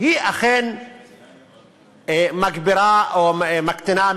את המבצע אכן מגבירה או מקטינה,